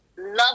love